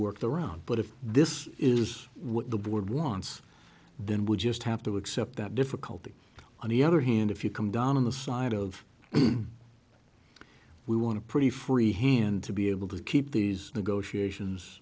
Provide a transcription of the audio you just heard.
worked around but if this is what the board wants then we'll just have to accept that difficulty on the other hand if you come down on the side of we want to pretty free hand to be able to keep these negotiations